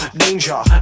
danger